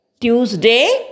Tuesday